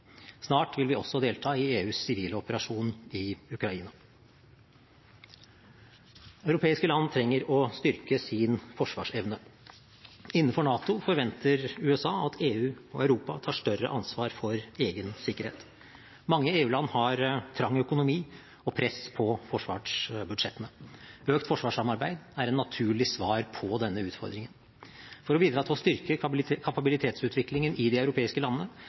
Snart vil vi også delta i EUs sivile operasjon i Ukraina. Europeiske land trenger å styrke sin forsvarsevne. Innenfor NATO forventer USA at EU og Europa tar større ansvar for egen sikkerhet. Mange EU-land har trang økonomi og press på forsvarsbudsjettene. Økt forsvarssamarbeid er et naturlig svar på denne utfordringen. For å bidra til å styrke kapabilitetsutviklingen i de europeiske landene